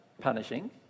punishing